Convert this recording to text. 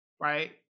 Right